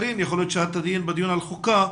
יכול להיות שאת היית בדיון בחוקה,